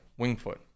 Wingfoot